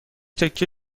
تکه